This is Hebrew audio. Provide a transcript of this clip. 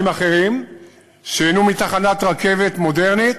אחרים שייהנו מתחנת רכבת מודרנית,